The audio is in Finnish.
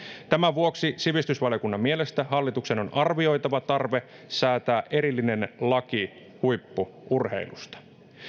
tämän vuoksi sivistysvaliokunnan mielestä hallituksen on arvioitava tarve säätää erillinen laki huippu urheilusta